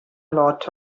lot